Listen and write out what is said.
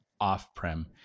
off-prem